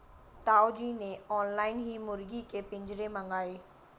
ताऊ जी ने ऑनलाइन ही मुर्गी के पिंजरे मंगाए